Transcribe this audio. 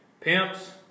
Pimps